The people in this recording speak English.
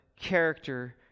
character